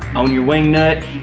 on your wing nut,